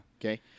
okay